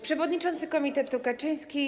Przewodniczący Komitetu Kaczyński!